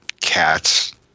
cats